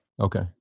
Okay